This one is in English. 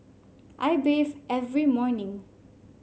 I bathe every morning